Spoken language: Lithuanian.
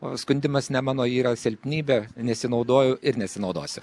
o skundimas ne mano yra silpnybė nesinaudoju ir nesinaudosiu